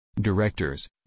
Directors